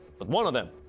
but one of them,